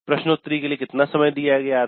प्रश्नोत्तरी के लिए कितना समय दिया गया था